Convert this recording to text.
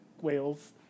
whales